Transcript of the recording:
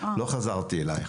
לא חזרתי אלייך.